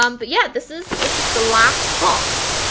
um but yeah, this is, this is the last box.